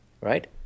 right